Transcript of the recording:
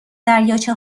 دریاچه